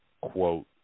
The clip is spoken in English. quote